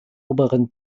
oberen